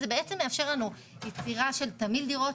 זה בעצם מאפשר לנו יצירה של תמהיל דירות,